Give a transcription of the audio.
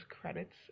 credits